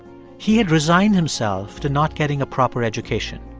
he had resigned himself to not getting a proper education.